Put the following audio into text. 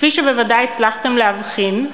כפי שבוודאי הצלחתם להבחין,